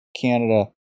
Canada